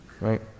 right